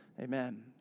Amen